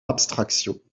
abstraction